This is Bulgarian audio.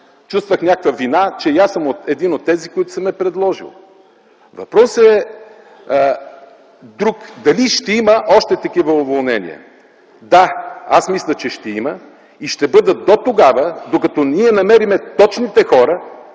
чувствах някаква вина, че и аз съм един от тези, които са я предложили. Въпросът е друг – дали ще има още такива уволнения. Да, аз мисля, че ще има и ще бъдат дотогава, докато намерим точните хора